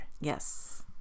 Yes